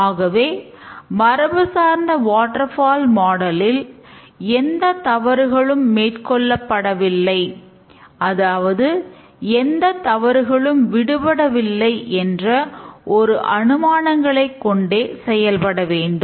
ஆகவே இந்த மரபு சார்ந்த வாட்டர் பால் மாடலில் எந்தத் தவறுகளும் மேற்கொள்ளப்படவில்லை அல்லது எந்த தவறுகளும் விடுபடவில்லை என்ற ஒரு அனுமானங்களைக் கொண்டே செயல்பட வேண்டும்